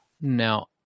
Now